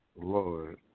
Lord